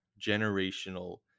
generational